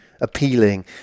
appealing